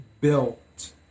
built